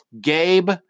Gabe